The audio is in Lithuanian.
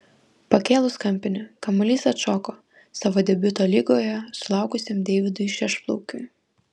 pakėlus kampinį kamuolys atšoko savo debiuto lygoje sulaukusiam deividui šešplaukiui